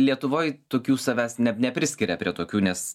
lietuvoj tokių savęs ne nepriskiria prie tokių nes